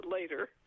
later